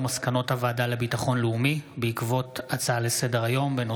מסקנות הוועדה לביטחון לאומי בעקבות הצעה לסדר-היום של חבר